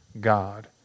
God